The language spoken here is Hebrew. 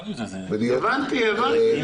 הבנתי.